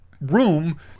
room